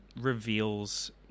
reveals